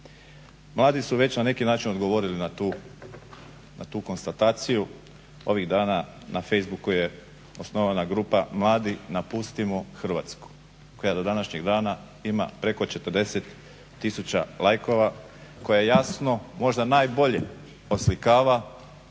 Mladi su već na neki način odgovorili na tu konstataciju. Ovih dana na Facebooku je osnovana grupa mladih "Napustimo Hrvatsku" koja do današnjeg dana ima preko 40000 lajkova, koja je jasno možda najbolje oslikava